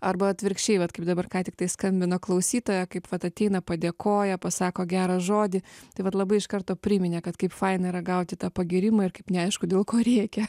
arba atvirkščiai vat kaip dabar ką tiktai skambino klausytoja kaip vat ateina padėkoja pasako gerą žodį tai vat labai iš karto priminė kad kaip faina yra gauti tą pagyrimą ir kaip neaišku dėl ko rėkia